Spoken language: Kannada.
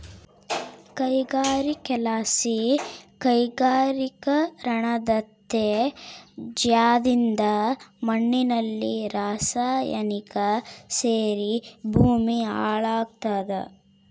ಗಣಿಗಾರಿಕೆಲಾಸಿ ಕೈಗಾರಿಕೀಕರಣದತ್ಯಾಜ್ಯದಿಂದ ಮಣ್ಣಿನಲ್ಲಿ ರಾಸಾಯನಿಕ ಸೇರಿ ಭೂಮಿ ಹಾಳಾಗ್ತಾದ